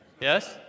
Yes